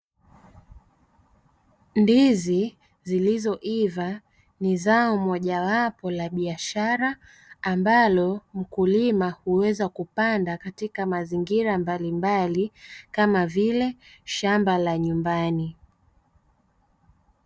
Ndizi zilizoiva ni zao mojawapo la biashara, ambalo mkulima huweza kupanda katika mazingira mbalimbali kama vile shamba la nyumbani.